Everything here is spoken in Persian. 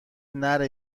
نره